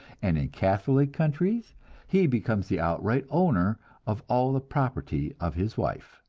and in catholic countries he becomes the outright owner of all the property of his wife,